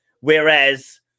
whereas